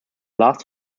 last